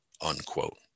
unquote